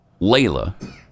Layla